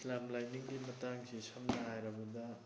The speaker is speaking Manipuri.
ꯏꯁꯂꯥꯝ ꯂꯥꯏꯅꯤꯡꯒꯤ ꯃꯇꯥꯡꯁꯤ ꯁꯝꯅ ꯍꯥꯏꯔꯕꯗ